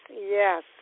Yes